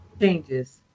changes